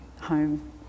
home